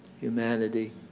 humanity